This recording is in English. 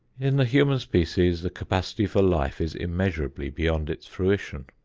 in the human species the capacity for life is immeasurably beyond its fruition.